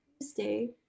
Tuesday